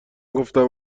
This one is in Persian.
گفتم